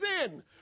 sin